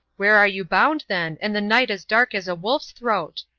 where are you bound, then, and the night as dark as a wolf's throat?